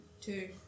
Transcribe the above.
Two